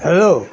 hello